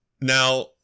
Now